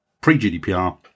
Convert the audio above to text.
pre-GDPR